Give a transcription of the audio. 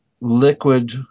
liquid